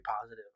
positive